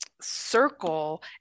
circle